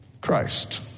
Christ